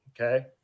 okay